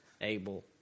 Abel